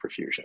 perfusion